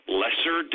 lesser